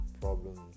problems